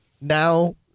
now